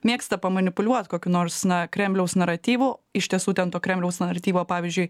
mėgsta pamanipuliuot kokiu nors na kremliaus naratyvu iš tiesų ten to kremliaus naratyvo pavyzdžiui